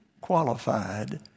qualified